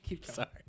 Sorry